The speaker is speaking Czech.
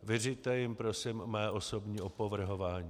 Vyřiďte jim prosím mé osobní opovrhování.